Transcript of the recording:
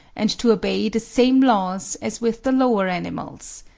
and to obey the same laws as with the lower animals.